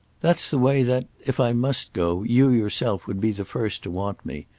that's the way that if i must go you yourself would be the first to want me.